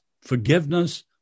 forgiveness